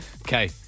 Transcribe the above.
Okay